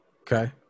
Okay